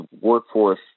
workforce